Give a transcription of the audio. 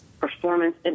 performance